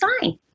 fine